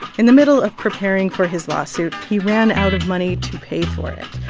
in the middle of preparing for his lawsuit, he ran out of money to pay for it.